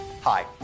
Hi